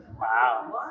Wow